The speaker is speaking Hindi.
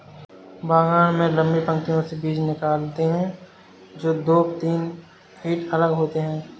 बागान में लंबी पंक्तियों से बीज निकालते है, जो दो तीन फीट अलग होते हैं